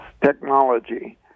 technology